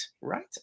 right